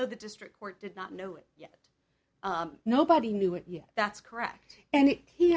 though the district court did not know it yet nobody knew it yet that's correct and he